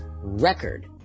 record